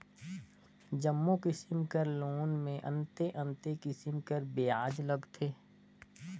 जम्मो किसिम कर लोन में अन्ते अन्ते किसिम कर बियाज लगथे